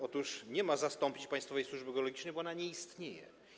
Otóż nic nie ma zastąpić państwowej służby geologicznej, bo ona nie istnieje.